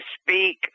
speak